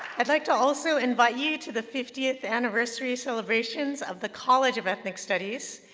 i'd like to also invite you to the fiftieth anniversary celebrations of the college of ethnic studies.